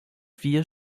vier